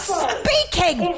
speaking